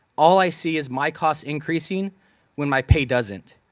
all i see is my costs increasing when my pay doesn't.